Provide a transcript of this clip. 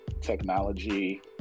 technology